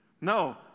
no